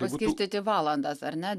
paskirstyti valandas ar ne